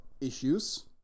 issues